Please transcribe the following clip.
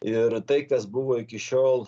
ir tai kas buvo iki šiol